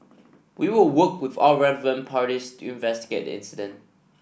we will work with all relevant parties to investigate the incident